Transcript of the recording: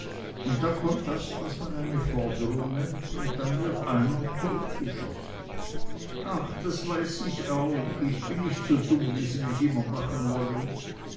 und dann kommt das was man eine forderung nennt und dann wird einer totgeschossen ach das weiß ich auch ich bin nicht so dumm wie sie mich immer machen wollen